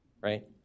right